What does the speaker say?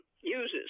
uses